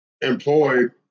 employed